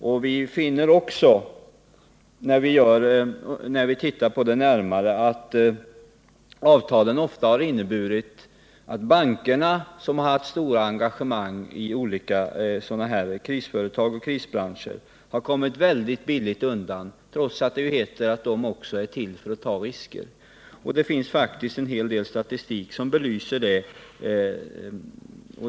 Och vi finner också, när vi ser på det hela närmare, att avtalen ofta inneburit att de banker som haft stora engagemang i olika krisföretag och krisbranscher kommit undan väldigt billigt trots att det heter att också de är till för att ta risker. Det finns faktiskt statistik som belyser detta.